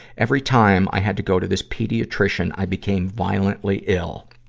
every time i had to go to this pediatrician, i became violently ill.